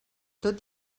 tot